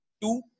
Two